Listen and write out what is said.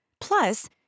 Plus